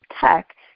tech